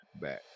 back